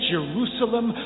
Jerusalem